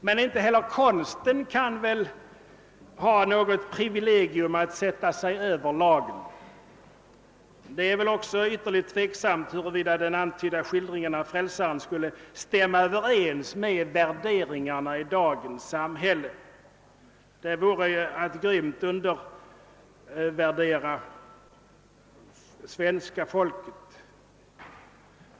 Men inte heller konsten har väl något privilegium att sätta sig över lagen. Det är väl också ytterligt tveksamt huruvida den antydda skildringen av Frälsaren skulle stämma överens med värderingarna i dagens samhälle. Det vore ju att undervärdera svenska folket.